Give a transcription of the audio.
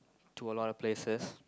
to a lot of places